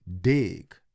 dig